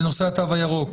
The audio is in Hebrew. בנושא התו הירוק.